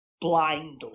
blindly